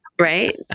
right